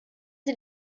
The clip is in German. sie